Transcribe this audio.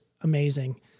amazing